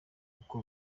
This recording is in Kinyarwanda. gukora